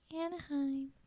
Anaheim